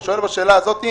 אני שואל בשאלה הזאת,